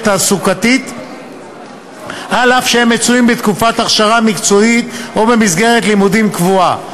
תעסוקתית אף שהם מצויים בתקופת הכשרה מקצועית או במסגרת לימודים קבועה,